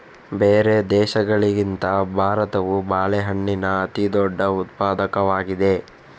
ಬೇರೆ ದೇಶಗಳಿಗಿಂತ ಭಾರತವು ಬಾಳೆಹಣ್ಣಿನ ಅತಿದೊಡ್ಡ ಉತ್ಪಾದಕವಾಗಿದೆ